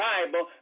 Bible